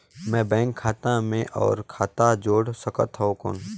मैं बैंक खाता मे और खाता जोड़ सकथव कौन?